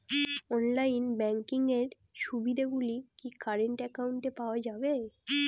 Online banking এর সুবিধে গুলি কি কারেন্ট অ্যাকাউন্টে পাওয়া যাবে?